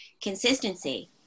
consistency